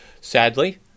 Sadly